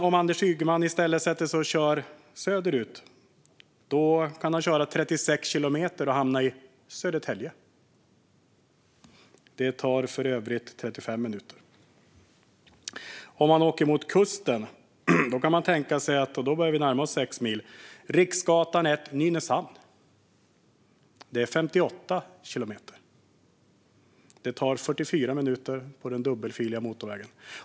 Om Anders Ygeman i stället sätter sig och kör söderut kan han köra 36 kilometer och hamna i Södertälje - det tar för övrigt 35 minuter. Om han åker från Riksgatan 1 mot kusten och till Nynäshamn börjar det närma sig sex mil. Där är avståndet 58 kilometer och tar 44 minuter på den dubbelfiliga motorvägen.